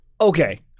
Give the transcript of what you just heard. Okay